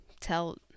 tell